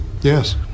yes